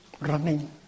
running